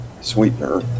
sweetener